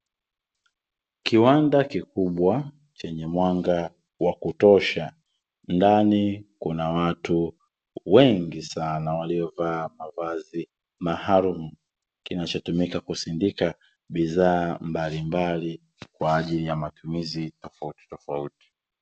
Kiwanda kikubwa, chenye mwanga wa kutosha, ndani kuna watu wengi sana waliovaa mavazi maalumu, kinachotumika kusindika bidhaa mbalimbali kwa ajili ya matumizi tofauti tofauti.